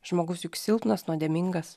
žmogus juk silpnas nuodėmingas